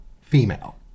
female